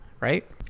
Right